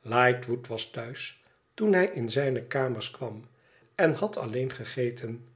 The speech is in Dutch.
lightwood was thuis toen hij in zijne kamers kwam en had alleen gegeten